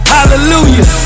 Hallelujah